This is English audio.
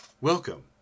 welcome